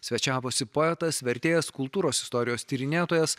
svečiavosi poetas vertėjas kultūros istorijos tyrinėtojas